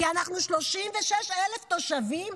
כי אנחנו 36,000 תושבים?